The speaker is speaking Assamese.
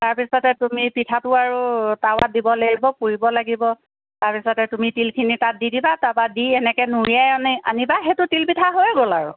তাৰপিছতে তুমি পিঠাটো আৰু টাৱাত দিব লাগিব পুৰিব লাগিব তাৰপিছতে তুমি তিলখিনি তাত দি দিবা তাৰপৰা দি এনেকৈ নুৰিয়াই আনি আনিবা সেইটো তিলপিঠা হৈয়ে গ'ল আৰু